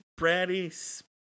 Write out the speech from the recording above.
bratty